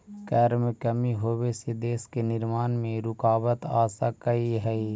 कर में कमी होबे से देश के निर्माण में रुकाबत आ सकलई हे